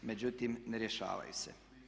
Međutim, ne rješavaju se.